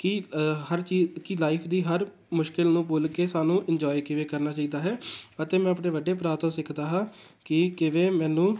ਕਿ ਹਰ ਚੀ ਕਿ ਲਾਈਫ ਦੀ ਹਰ ਮੁਸ਼ਕਲ ਨੂੰ ਭੁੱਲ ਕੇ ਸਾਨੂੰ ਇੰਨਜੋਏ ਕਿਵੇਂ ਕਰਨਾ ਚਾਹੀਦਾ ਹੈ ਅਤੇ ਮੈਂ ਆਪਣੇ ਵੱਡੇ ਭਰਾ ਤੋਂ ਸਿੱਖਦਾ ਹਾਂ ਕਿ ਕਿਵੇਂ ਮੈਨੂੰ